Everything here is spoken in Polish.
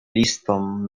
listom